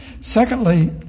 Secondly